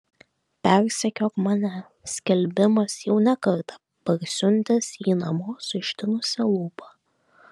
persekiok mane skelbimas jau ne kartą parsiuntęs jį namo su ištinusia lūpa